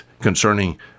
concerning